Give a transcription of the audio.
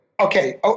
Okay